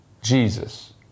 Jesus